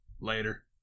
Later